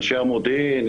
אנשים המודיעין,